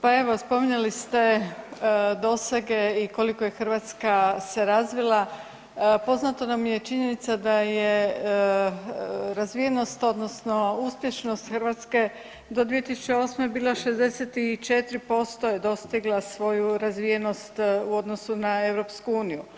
Pa evo spominjali ste dosege i koliko je Hrvatska se razvila, poznata nam je činjenica da je razvijenost odnosno uspješnost Hrvatske do 2008. bila 64% je dostigla svoju razvijenost u odnosu na EU.